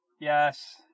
Yes